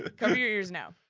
ah cover your ears now.